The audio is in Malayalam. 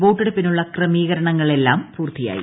വോട്ടെടുപ്പിനുള്ള ക്രമീകരണങ്ങളെല്ലാം പൂർത്തിയായി